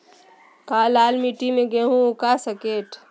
क्या लाल मिट्टी में गेंहु उगा स्केट है?